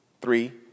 three